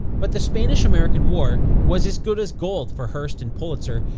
but the spanish-american war was as good as gold for hearst and pulitzer,